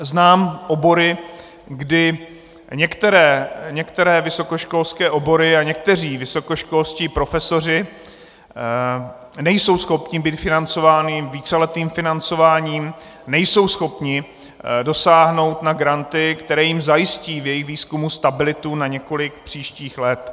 Znám obory, kdy některé vysokoškolské obory a někteří vysokoškolští profesoři nejsou schopni být financování víceletým financováním, nejsou schopni dosáhnout na granty, které jim zajistí v jejich výzkumu stabilitu na několik příštích let.